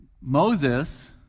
Moses